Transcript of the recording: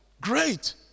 Great